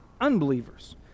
unbelievers